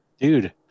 Dude